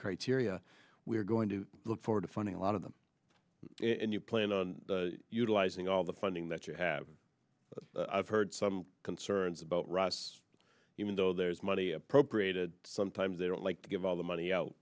criteria we're going to look forward to finding a lot of them and you plan on utilizing all the funding that you have i've heard some concerns about ross even though there's money appropriated sometimes they don't like to give all the money out